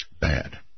Bad